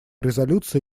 резолюции